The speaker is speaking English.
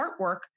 artwork